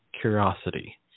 curiosity